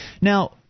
Now